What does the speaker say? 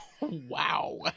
Wow